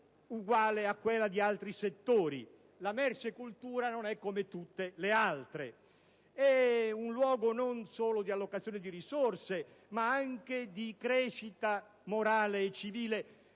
uguale a quella di altri settori. La merce cultura non è come tutte le altre: è un luogo non solo di allocazione di risorse, ma anche di crescita morale e civile.